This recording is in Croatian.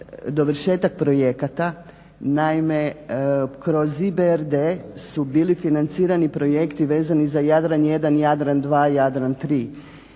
dovršetak projekata, naime kroz IBRD su bili financirani projekti vezani za Jadran I, Jadran II i Jadran